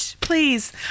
Please